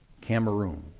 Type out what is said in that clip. Cameroon